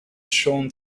shown